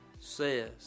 says